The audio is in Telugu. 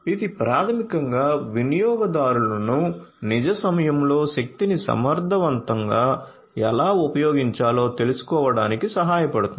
ఇది ప్రాథమికంగా వినియోగదారులను నిజ సమయంలో శక్తిని సమర్థవంతంగా ఎలా ఉపయోగించాలో తెలుసుకోవడానికి సహాయపడుతుంది